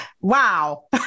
Wow